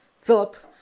Philip